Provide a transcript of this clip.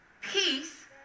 peace